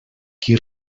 qui